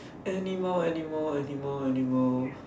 anymore anymore anymore anymore